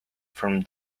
from